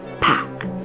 pack